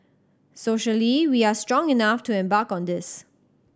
socially we are strong enough to embark on this